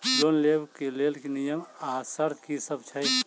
Loan लेबऽ कऽ लेल नियम आ शर्त की सब छई?